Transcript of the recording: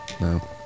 no